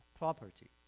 property,